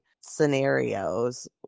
scenarios